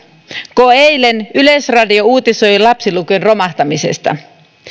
kun eilen yleisradio uutisoi lapsilukujen romahtamisesta